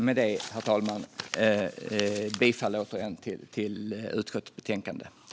Med det, herr talman, yrkar jag återigen bifall till utskottets förslag i betänkandet.